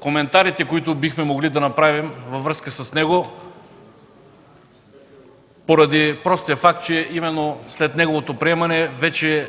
коментарите, които бихме могли да изложим във връзка с него, поради простия факт, че именно след неговото приемане този